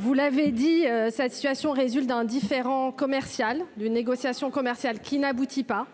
Vous l'avez dit, cette situation résulte d'un différend commercial d'une négociation commerciale qui n'aboutit pas.